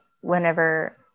whenever